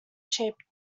shaped